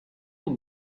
will